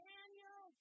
Daniel